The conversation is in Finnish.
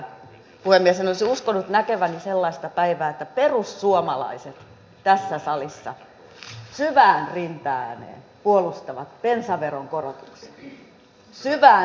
puhemies en olisi uskonut näkeväni päivää että perussuomalaiset tässä salissa syvään rintaääneen puolustavat bensaveron korotuksia syvään rintaääneen